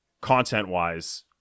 Content-wise